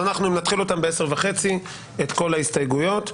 אז אנחנו נתחיל ב-10:30 את כל ההסתייגויות.